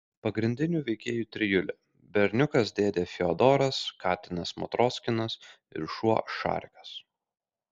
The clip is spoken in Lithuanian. pagrindinių veikėjų trijulė berniukas dėdė fiodoras katinas matroskinas ir šuo šarikas